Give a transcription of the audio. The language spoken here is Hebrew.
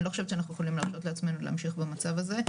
אני לא חושבת שאנחנו יכולים להרשות לעצמנו להמשיך במצב הזה.